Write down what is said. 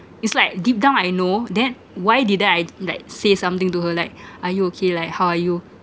it's like deep down I know then why didn't I d~ like say something to her like are you okay like how are you